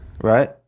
Right